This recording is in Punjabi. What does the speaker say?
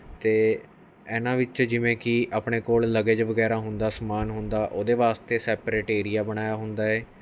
ਤੇ ਇਹਨਾਂ ਵਿੱਚ ਜਿਵੇਂ ਕੀ ਆਪਣੇ ਕੋਲ ਲਗੇਜ ਵਗੈਰਾ ਹੁੰਦਾ ਸਮਾਨ ਹੁੰਦਾ ਉਹਦੇ ਵਾਸਤੇ ਸੈਪਰੇਟ ਏਰੀਆ ਬਣਾਇਆ ਹੁੰਦਾ ਏ